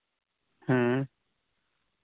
ᱦᱮᱸ